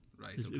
Right